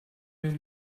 den